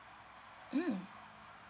mm